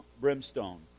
brimstone